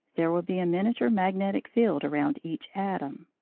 there will be a miniature magnetic field around each atom.